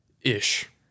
Ish